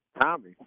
Tommy